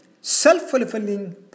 self-fulfilling